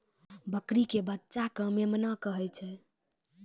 बकरी के बच्चा कॅ मेमना कहै छै